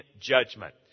judgment